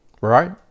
Right